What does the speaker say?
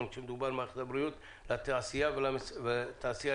כשמדובר במערכת הבריאות - לתעשייה הישראלית.